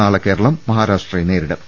നാളെ കേരളം മഹാരാഷ്ട്രയെ നേരിടും